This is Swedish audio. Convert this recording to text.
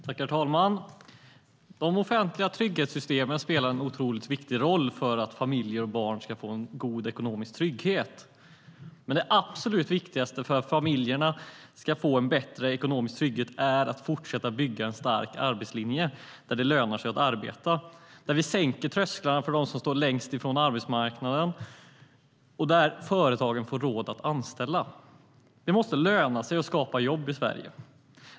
Herr talman! De offentliga trygghetssystemen spelar en otroligt viktig roll för att familjer och barn ska få en god ekonomisk trygghet. Det måste löna sig att skapa jobb i Sverige.